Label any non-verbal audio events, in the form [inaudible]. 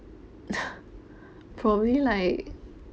[laughs] for me like